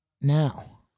Now